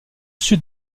sud